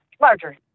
larger